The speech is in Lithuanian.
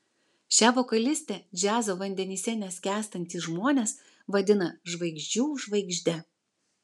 šią vokalistę džiazo vandenyse neskęstantys žmonės vadina žvaigždžių žvaigžde